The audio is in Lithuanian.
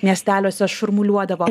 miesteliuose šurmuliuodavo